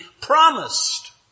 promised